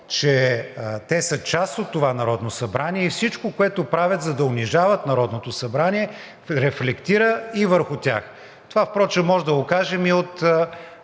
че те са част от това Народно събрание и всичко, което правят, за да унижават Народното събрание, рефлектира и върху тях. Това впрочем можем да го кажем и от